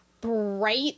bright